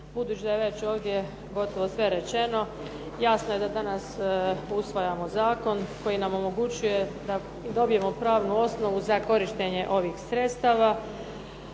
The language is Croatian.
Budući da je već ovdje gotovo sve rečeno jasno je da danas usvajamo zakon koji nam omogućuje da dobijemo pravnu osnovu za korištenje ovih sredstava.